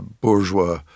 bourgeois